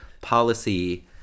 policy